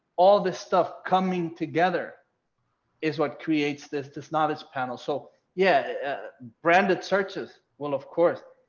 all this stuff coming together is what creates this this not as panel. so yeah, branded searches will, of course,